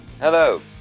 Hello